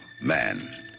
man